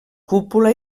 cúpula